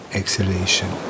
exhalation